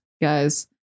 guys